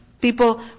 People